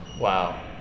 Wow